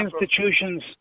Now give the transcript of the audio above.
institutions